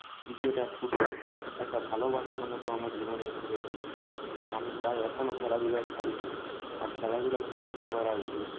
cricket আর football একটা ভালোবাসার মতো আমার জীবনে এসে গিয়েছিল আমি তাই এখনও খেলাধূলা ছাড়িনি আর খেলাধূলা সবাইকে করা উচিত